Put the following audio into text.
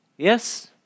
Yes